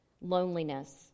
loneliness